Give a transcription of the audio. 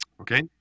okay